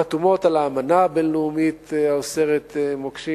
חתומות על האמנה הבין-לאומית האוסרת מוקשים